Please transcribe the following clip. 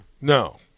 No